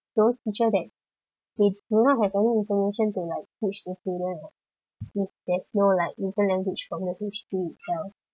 those teachers that they do not have any information to like teach the student if there's no like written language from the history itself